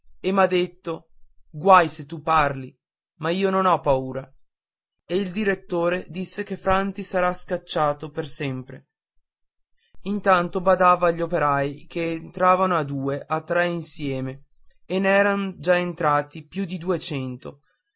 e m'ha detto guai se tu parli ma io non ho paura e il direttore disse che franti sarà scacciato per sempre intanto badava agli operai che entravano a due a tre insieme e n'eran già entrati più di duecento